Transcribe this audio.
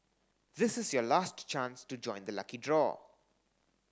this is your last chance to join the lucky draw